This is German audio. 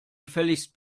gefälligst